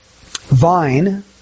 vine